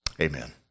amen